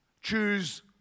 choose